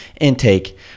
intake